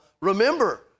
Remember